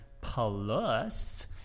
Plus